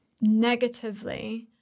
negatively